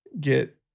get